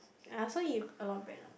I also eat a lot of bread ah